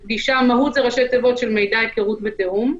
מהו"ת זה ראשי תיבות של מידע, היכרות ותיאום.